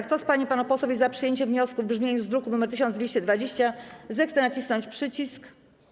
Kto z pań i panów posłów jest za przyjęciem wniosku w brzmieniu z druku nr 1220, zechce nacisnąć przycisk.